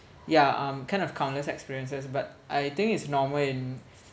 yeah um kind of countless experiences but I think it's normal in